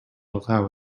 allow